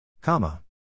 Comma